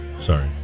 Sorry